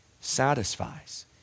satisfies